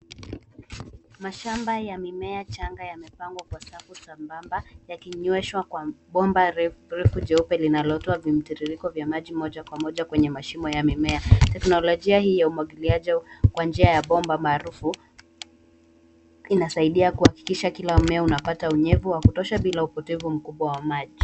Mashamba ya mimea changa yamepangwa Kwa safu sambamba yakinyweshwa Kwa bomba refu jeupe linalotoa vimtiririko vya maji moja Kwa moja kwenye mashimo ya mimea. Teknolojia hii ya umwangiliaji Kwa njia ya bomba maarufu inasaidia kuakikisha kila mmea unapata unyevu wa kutosha bila upotevu mkubwa wa maji.